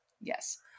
Yes